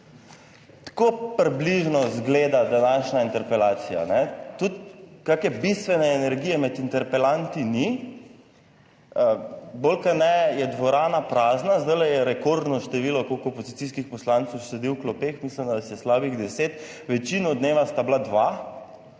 tako približno zgleda današnja interpelacija, ne. Tudi kakšne bistvene energije med interpelanti ni, bolj kot ne je dvorana prazna, zdajle je rekordno število. Koliko opozicijskih poslancev sedi v klopeh? Mislim, da se je slabih deset, večino dneva sta bila dva,